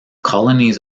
colonies